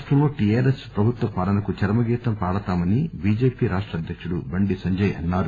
రాష్టంలో టీఆర్ఎస్ ప్రభుత్వ పాలనకు చరమగీతం పాడతామని బీజేపీ రాష్ట అధ్యకుడు బండి సంజయ్ అన్నారు